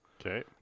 Okay